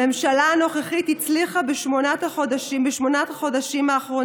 הממשלה הנוכחית הצליחה בשמונת החודשים האחרונים